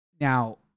Now